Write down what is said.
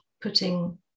putting